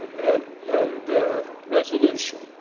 and and resolution.